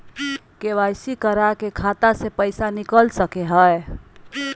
KYC करा के खाता से पैसा निकल सके हय?